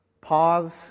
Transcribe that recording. Pause